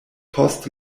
post